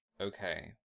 Okay